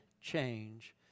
change